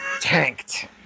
tanked